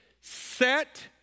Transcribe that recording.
Set